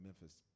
Memphis